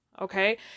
okay